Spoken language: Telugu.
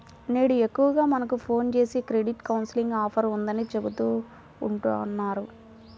నేడు ఎక్కువగా మనకు ఫోన్ జేసి క్రెడిట్ కౌన్సిలింగ్ ఆఫర్ ఉందని చెబుతా ఉంటన్నారు